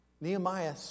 Nehemiah